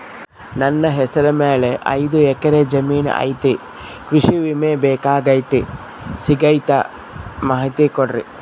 ನನ್ನ ಹೆಸರ ಮ್ಯಾಲೆ ಐದು ಎಕರೆ ಜಮೇನು ಐತಿ ಕೃಷಿ ವಿಮೆ ಬೇಕಾಗೈತಿ ಸಿಗ್ತೈತಾ ಮಾಹಿತಿ ಕೊಡ್ರಿ?